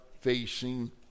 facing